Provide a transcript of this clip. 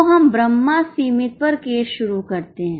तो हम ब्रह्मा सीमित पर केस शुरू करते हैं